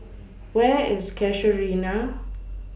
Where IS Casuarina